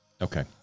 Okay